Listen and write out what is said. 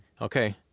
okay